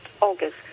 August